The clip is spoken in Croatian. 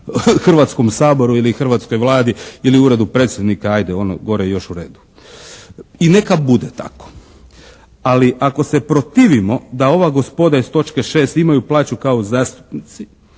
Hrvatskom saboru ili hrvatskoj Vladi ili Uredu predsjednika. Ajde, ono gore je još u redu. I neka bude tako. Ali ako se protivimo da ova gospoda iz točke 6. imaju plaću kao zastupnici,